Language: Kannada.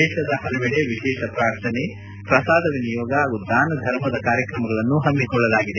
ದೇಶದ ಹಲವೆಡೆ ವಿಶೇಷ ಪ್ರಾರ್ಥನೆ ಪ್ರಸಾದ ವಿನಿಯೋಗ ಹಾಗೂ ದಾನ ಧರ್ಮದ ಕಾರ್ಯಕ್ರಮಗಳನ್ನು ಹಮ್ನಿಕೊಳ್ಟಲಾಗಿದೆ